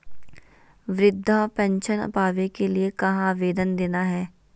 वृद्धा पेंसन पावे के लिए कहा आवेदन देना है?